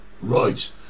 Right